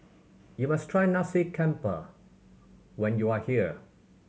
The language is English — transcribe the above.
you must try Nasi Campur when you are here